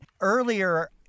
earlier